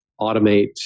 automate